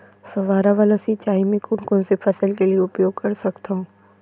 फवारा वाला सिंचाई मैं कोन कोन से फसल के लिए उपयोग कर सकथो?